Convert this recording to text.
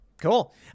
Cool